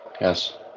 Yes